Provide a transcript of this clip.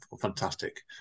fantastic